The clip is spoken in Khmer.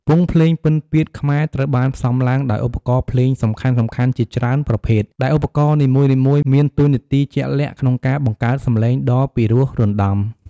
វង់ភ្លេងពិណពាទ្យខ្មែរត្រូវបានផ្សំឡើងដោយឧបករណ៍ភ្លេងសំខាន់ៗជាច្រើនប្រភេទ ដែលឧបករណ៍នីមួយៗមានតួនាទីជាក់លាក់ក្នុងការបង្កើតសំឡេងដ៏ពិរោះរណ្តំ។